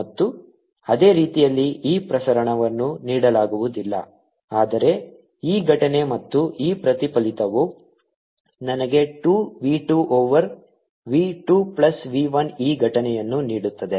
ಮತ್ತು ಅದೇ ರೀತಿಯಲ್ಲಿ e ಪ್ರಸರಣವನ್ನು ನೀಡಲಾಗುವುದಿಲ್ಲ ಆದರೆ e ಘಟನೆ ಮತ್ತು e ಪ್ರತಿಫಲಿತವು ನನಗೆ 2 v 2 over v 2 plus v 1 e ಘಟನೆಯನ್ನು ನೀಡುತ್ತದೆ